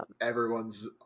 everyone's